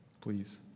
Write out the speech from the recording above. Please